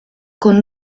con